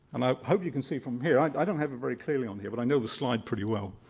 and i hope you can see from here i i don't have it very clearly on here, but i know the slide pretty well.